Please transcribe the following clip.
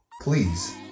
Please